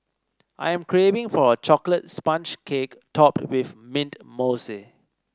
I am craving for a chocolate sponge cake topped with mint mousse